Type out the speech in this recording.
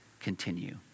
continue